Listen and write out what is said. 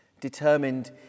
determined